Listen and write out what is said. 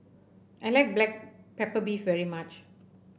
I like Black Pepper Beef very much